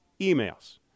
emails